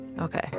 Okay